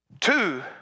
Two